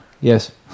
yes